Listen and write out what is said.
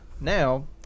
Now